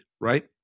Right